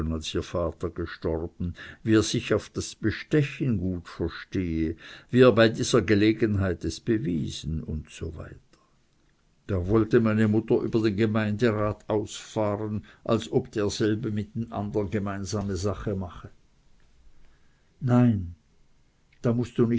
ihr vater gestorben wie er sich auf das bestechen gut verstehe wie er bei dieser gelegenheit es bewiesen usw da wollte meine mutter über den gemeindrat ausfahren als ob derselbe mit den andern gemeine sache mache nein da mußt du